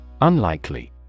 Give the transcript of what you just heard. Unlikely